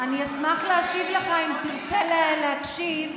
אני אשמח להשיב לך, אם תרצה להקשיב.